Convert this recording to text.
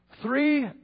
Three